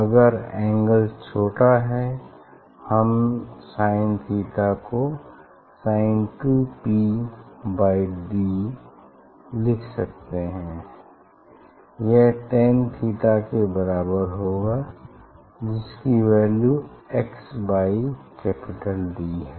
अगर एंगल छोटा है हम sin थीटा को S2P बाई d लिख सकते हैं यह tan थीटा के बराबर होगा जिसकी value x by capital D है